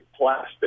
plastic